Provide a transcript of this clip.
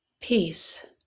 peace